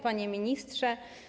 Panie Ministrze!